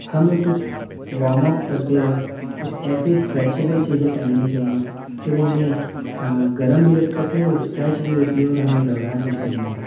ہمیں کچھ warm up کرتے وقت کچھ ایسی اسٹریچیبل چیزیں پہننی چاہئیں کہ وہ ہمیں گرم بھی رکھ سکیں اور اسٹریچ بھی ہوتی ہوں اور ہمیں گھبراہٹ بھی فیل نہ ہو